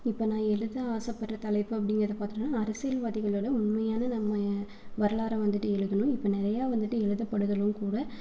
இப்போ நான் எழுத ஆசைப்பட்ற தலைப்பு அப்படிங்கறத பார்த்துட்டோனா அரசியல்வாதிகளோட உண்மையான நம்மை வரலாறை வந்துட்டு எழுதணும் இப்போ நிறைய வந்துட்டு எழுதப்படுதலும் கூட